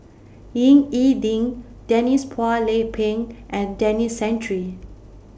Ying E Ding Denise Phua Lay Peng and Denis Santry